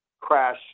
crash